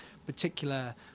particular